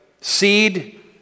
seed